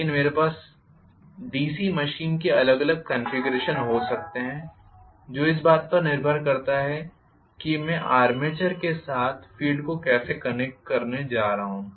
लेकिन मेरे पास डीसी मशीन के अलग अलग कॉन्फ़िगरेशन हो सकते हैं जो इस बात पर निर्भर करता है कि मैं आर्मेचर के साथ फ़ील्ड को कैसे कनेक्ट करने जा रहा हूं